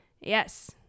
Yes